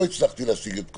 לא הצלחתי להשיג את הרוב,